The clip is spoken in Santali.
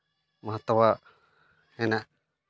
ᱢᱟᱦᱟᱛᱛᱚ ᱢᱮᱱᱟᱜ